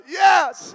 yes